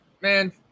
man